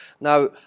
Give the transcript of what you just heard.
Now